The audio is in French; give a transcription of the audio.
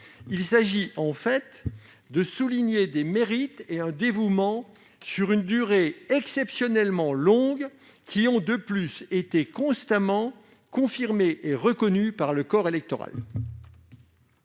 Il s'agit plutôt de souligner des mérites et un dévouement sur une durée exceptionnellement longue, qui ont été constamment confirmés et reconnus par le corps électoral.